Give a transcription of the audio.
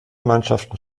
mannschaften